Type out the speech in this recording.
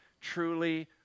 truly